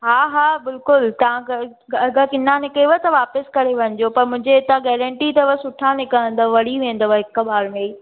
हा हा बिल्कुलु तव्हां अगरि अगरि किन्ना निकिरेव त वापिसि करे वञिजो मुंहिंजे हितां गैरंटी अथव सुठा निकिरींदा वणी वेंदव हिक बार में ई